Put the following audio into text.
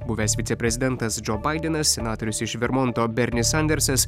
buvęs viceprezidentas džo baidenas senatorius iš vermonto bernis sandersas